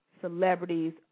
celebrities